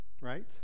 right